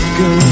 go